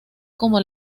como